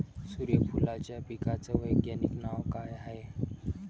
सुर्यफूलाच्या पिकाचं वैज्ञानिक नाव काय हाये?